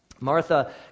Martha